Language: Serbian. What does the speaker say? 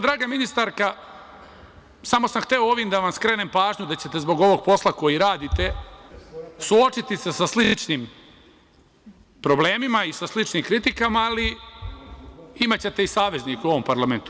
Draga ministarka, samo sam hteo ovim da vam skrenem pažnju da ćete se zbog ovog posla koji radite suočiti sa sličnim problemima i sa sličnim kritikama, ali imaćete i saveznike u ovom parlamentu.